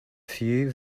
few